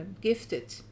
gifted